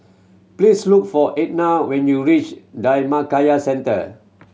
please look for Etna when you reach Dhammakaya Centre